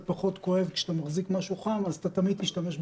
פחות כואב כשאתה מחזיק משהו חם אז אתה תמיד תשתמש בכפפה.